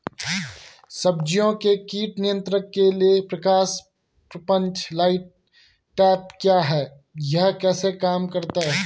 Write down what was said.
सब्जियों के कीट नियंत्रण के लिए प्रकाश प्रपंच लाइट ट्रैप क्या है यह कैसे काम करता है?